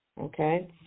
okay